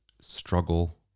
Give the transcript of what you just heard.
struggle